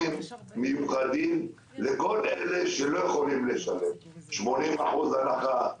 מיוחדים לכל אלה שלא יכולים לשלם 80% הנחה,